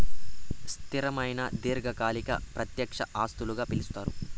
స్థిరమైన దీర్ఘకాలిక ప్రత్యక్ష ఆస్తులుగా పిలుస్తారు